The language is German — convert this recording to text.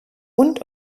und